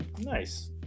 Nice